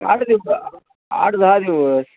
आठ दिवसा आठ दहा दिवस